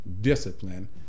discipline